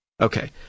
Okay